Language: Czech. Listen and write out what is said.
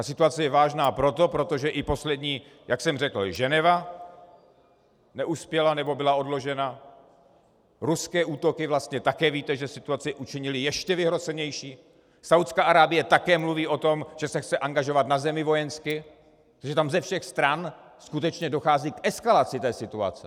Situace je vážná proto, že jak jsem řekl, Ženeva neuspěla, nebo byla odložena, ruské útoky vlastně také víte, že situaci učinily ještě vyhrocenější, Saúdská Arábie také mluví o tom, že se chce angažovat na zemi vojensky, takže tam ze všech stran skutečně dochází k eskalaci situace.